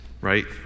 Right